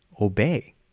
obey